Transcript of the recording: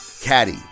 caddy